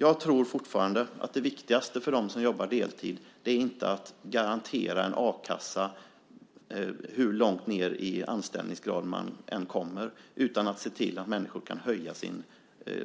Jag tror fortfarande att det viktigaste för dem som jobbar deltid inte är att garanteras en a-kasseersättning hur långt ned i anställningsgrad man än kommer utan att se till att människor kan höja sin